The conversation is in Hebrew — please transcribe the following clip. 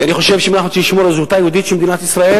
כי אני חושב שאם אנחנו רוצים לשמור על זהותה היהודית של מדינת ישראל,